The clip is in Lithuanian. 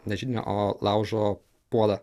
ne židinį o laužo puodą